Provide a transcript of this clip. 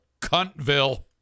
Cuntville